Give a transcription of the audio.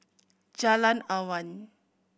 Jalan Awan